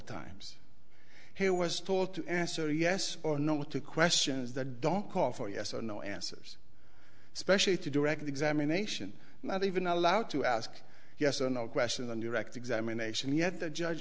times he was told to answer yes or no to questions that don't call for yes or no answers especially to direct examination not even allowed to ask yes or no questions and direct examination yet the judge